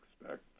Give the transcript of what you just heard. expect